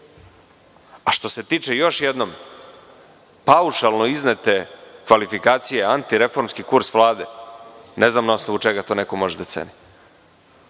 što se tiče, još jednom, paušalno iznete kvalifikacije „antireformski kurs Vlade“, ne znam na osnovu čega to može da ceni.